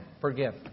forgive